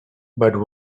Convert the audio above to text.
but